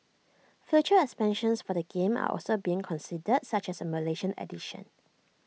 future expansions for the game are also being considered such as A Malaysian edition